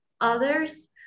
others